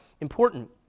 important